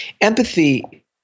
empathy